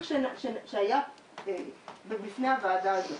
להליך שהיה בפני הוועדה הזאת.